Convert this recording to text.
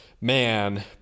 man